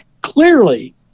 clearly